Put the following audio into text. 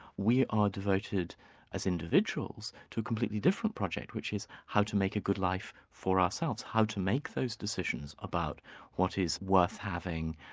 we are devoted as individuals, to a completely different project, which is how to make a good life for ourselves, how to make those decisions about what is worth having,